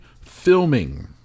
filming